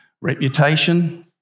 reputation